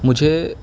مجھے